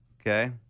Okay